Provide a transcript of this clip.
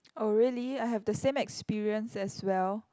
oh really I have the same experience as well